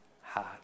heart